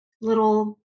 little